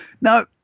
Now